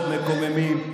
רק, מאוד מאוד מקוממים.